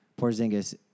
Porzingis